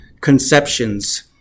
conceptions